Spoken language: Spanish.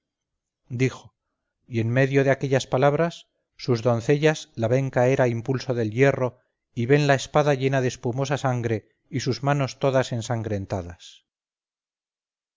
dijo y en medio de aquellas palabras sus doncellas la ven caer a impulso del hierro y ven la espada llena de espumosa sangre y sus manos todas ensangrentadas